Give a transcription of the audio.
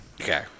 Okay